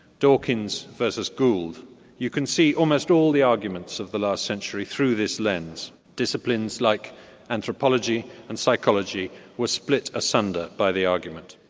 dawkins versus gould you can see almost all the arguments of the last century through this lens. disciplines like anthropology, and psychology were split asunder by the argument.